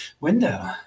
window